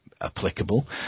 applicable